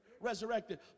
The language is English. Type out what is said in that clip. resurrected